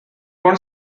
one